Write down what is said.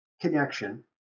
connection